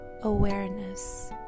awareness